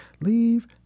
leave